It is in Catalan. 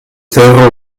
terra